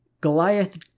Goliath